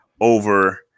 over